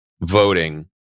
voting